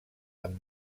amb